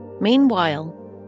Meanwhile